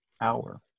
hour